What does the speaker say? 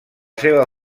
seva